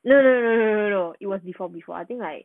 no no no no no no no it was before before I think like